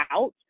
out